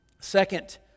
Second